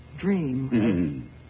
dream